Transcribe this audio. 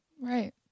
Right